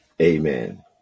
Amen